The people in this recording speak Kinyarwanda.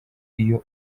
iyo